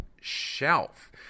shelf